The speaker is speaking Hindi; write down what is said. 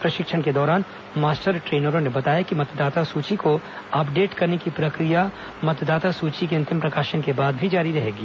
प्रशिक्षण के दौरान मास्टर ट्रेनरों ने बताया कि मतदाता सूची को अपडेट करने की प्रक्रिया मतदाता सूची के अंतिम प्रकाशन के बाद भी जारी रहेगी